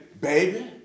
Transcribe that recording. Baby